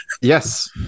Yes